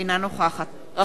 אינה נוכחת רחל אדטו,